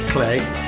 Clay